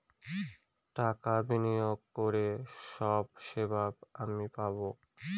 টাকা বিনিয়োগ করে সব সেবা আমি পাবো